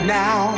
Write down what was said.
now